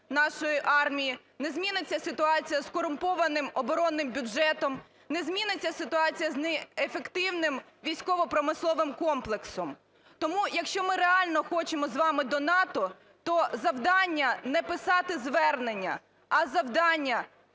нашої армії, не зміниться ситуація з корумпованим оборонним бюджетом, не зміниться ситуація з неефективним військово-промисловим комплексом. Тому, якщо ми реально хочемо з вами до НАТО, то завдання не писати звернення, а завдання